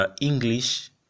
English